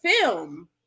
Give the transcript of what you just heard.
film